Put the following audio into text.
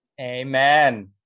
Amen